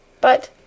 But